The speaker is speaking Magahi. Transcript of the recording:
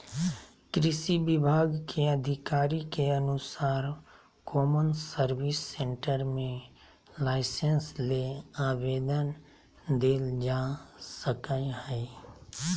कृषि विभाग के अधिकारी के अनुसार कौमन सर्विस सेंटर मे लाइसेंस ले आवेदन देल जा सकई हई